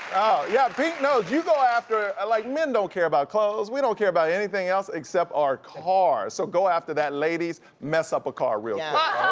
oh yeah, pink knows. you go after, like men don't care about clothes, we don't care about anything else except our car, so go after that. ladies, mess up a car real ah